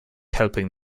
helping